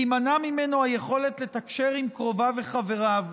תימנע ממנו היכולת לתקשר עם קרוביו וחבריו,